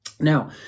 Now